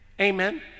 Amen